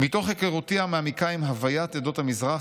"מתוך היכרותי המעמיקה עם הוויית עדות המזרח,